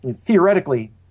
theoretically